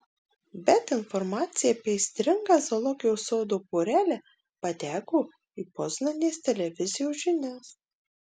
bet informacija apie aistringą zoologijos sodo porelę pateko į poznanės televizijos žinias